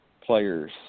players